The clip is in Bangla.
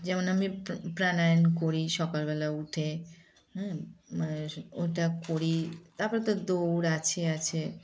যেমন আমি প্রাণায়াম করি সকালবেলা উঠে হ্যাঁ ওটা করি তারপরে তো দৌড় আছে আছে